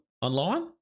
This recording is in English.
online